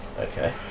Okay